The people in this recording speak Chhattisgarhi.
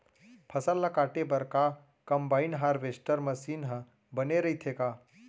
फसल ल काटे बर का कंबाइन हारवेस्टर मशीन ह बने रइथे का?